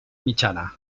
mitjana